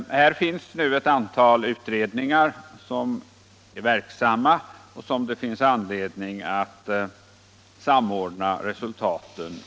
Här är nu ett antal utredningar verksamma, vilkas resultat det finns anledning att samordna.